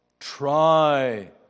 try